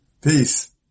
Peace